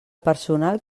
personal